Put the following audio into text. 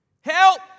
Help